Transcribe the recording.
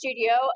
studio